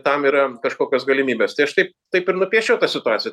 tam yra kažkokios galimybės tai aš taip taip ir nupieščiau tą situaciją